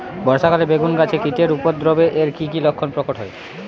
বর্ষা কালে বেগুন গাছে কীটের উপদ্রবে এর কী কী লক্ষণ প্রকট হয়?